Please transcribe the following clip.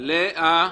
לאה,